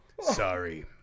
Sorry